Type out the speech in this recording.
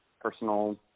personal